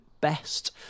best